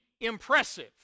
impressive